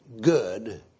good